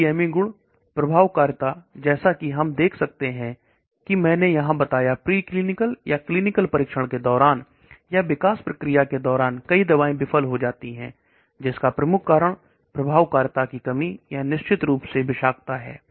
ADME गुण प्रभावकारिता जैसा कि हम देख सकते हैं कि मैंने बताया प्रीक्लिनिकल या क्लीनिकल परीक्षण के दौरान या विकास प्रक्रिया के दौरान कई दवाएं विफल हो जाती हैं जिसका प्रमुख कारण प्रभावकारिता की कमी है यह निश्चित रूप से विषाक्तता है